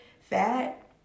fat